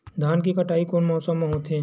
धान के कटाई कोन मौसम मा होथे?